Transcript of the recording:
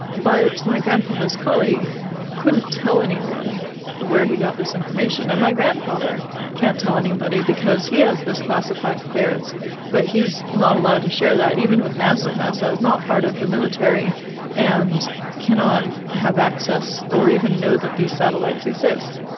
but my grandfather's colleague couldn't tell anyone where he got this information. and my grandfather can't tell anybody because he has this classified clearance but he is not allowed to share that, even with nasa. nasa is not part of the military and cannot have access or even know that these satellites exist.